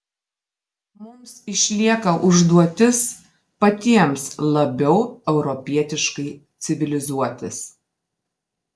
mums išlieka užduotis patiems labiau europietiškai civilizuotis